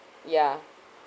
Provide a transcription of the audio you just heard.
ya